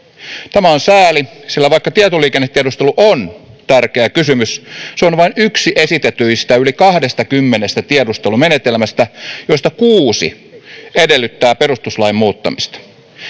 tämä on sääli sillä vaikka tietoliikennetiedustelu on tärkeä kysymys se on vain yksi esitetyistä yli kahdestakymmenestä tiedustelumenetelmästä joista kuusi edellyttää perustuslain muuttamista